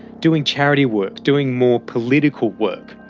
doing charity work, doing more political work.